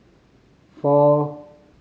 four